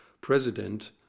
president